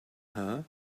her